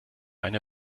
eine